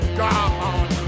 gone